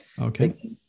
Okay